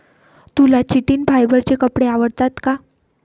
तुला चिटिन फायबरचे कपडे आवडतात का?